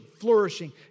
flourishing